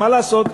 מה לעשות.